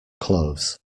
clothes